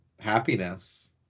happiness